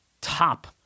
top